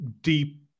deep